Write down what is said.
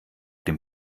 dem